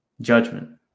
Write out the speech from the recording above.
judgment